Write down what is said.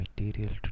material